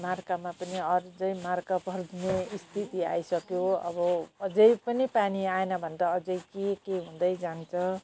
मर्का पनि अझ मर्का पर्ने स्थिति आइसक्यो अब अझ पनि पानी आएन भने त अझ के के हुँदै जान्छ